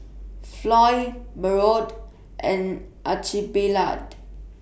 Floy Bode and Archibald